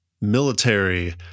military